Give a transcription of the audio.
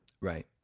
right